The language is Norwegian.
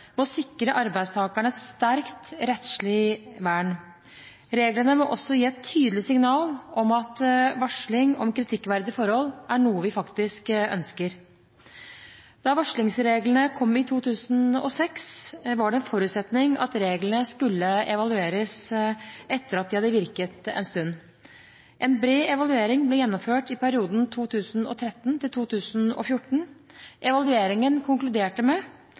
må sikre arbeidstakerne et sterkt rettslig vern. Reglene må også gi et tydelig signal om at varsling om kritikkverdige forhold er noe vi faktisk ønsker. Da varslingsreglene kom i 2006, var det en forutsetning at reglene skulle evalueres etter at de hadde virket en stund. En bred evaluering ble gjennomført i perioden 2013–2014. Evalueringen konkluderte med